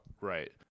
Right